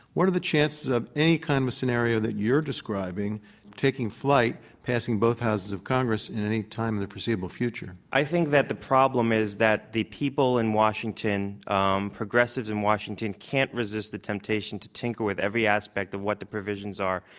what are the chances of any kind of scenario that you're describing taking flight, passing both houses of congress at any time in the foreseeable future? i think that the problem is that the people in washington um progressives in washington can't resist the temptation to tinker with every aspect of what the provisions are,